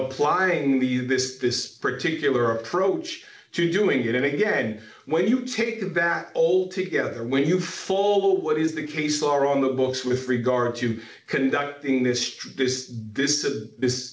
applying the this this particular approach to doing it and again when you take that old together when you follow what is the case law on the books with regard to conducting this trip this is a this